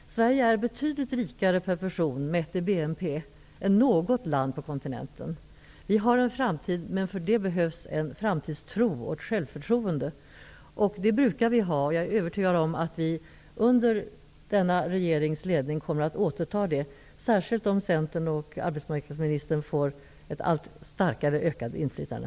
Sverige är betydligt rikare per person, mätt i BNP, än något land på kontinenten. Vi har en framtid, men det krävs framtidstro och självförtroende. Det brukar vi ha. Jag är övertygad om att vi under denna regerings ledning kommer att återfå det -- särskilt om Centerpartiet och arbetsmarknadsministern får ett ökat inflytande.